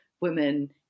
women